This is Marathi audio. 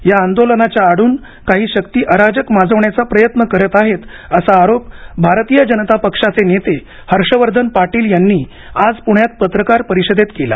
या आंदोलनाच्या आडून काही शक्ती अराजक माजविण्याचा प्रयत्न करीत आहेत असा आरोप भारतीय जनता पक्षाचे नेते हर्षवर्धन पाटील यांनी आज प्ण्यात पत्रकार परिषदेत केला